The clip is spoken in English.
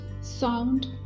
sound